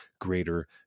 greater